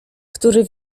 który